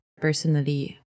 personally